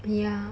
ya